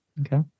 Okay